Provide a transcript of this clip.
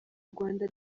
rwanda